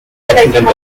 accident